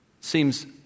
Seems